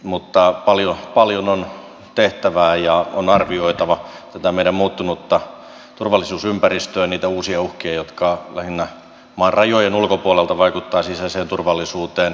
mutta paljon on tehtävää ja on arvioitava tätä meidän muuttunutta turvallisuusympäristöä ja niitä uusia uhkia jotka lähinnä maan rajojen ulkopuolelta vaikuttavat sisäiseen turvallisuuteen